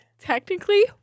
Technically